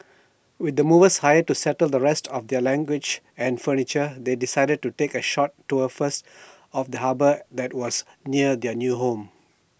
with the movers hired to settle the rest of their luggage and furniture they decided to take A short tour first of the harbour that was near their new home